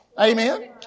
Amen